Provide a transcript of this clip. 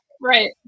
right